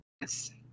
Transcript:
Yes